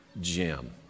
Jim